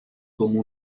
cómo